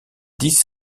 dix